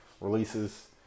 releases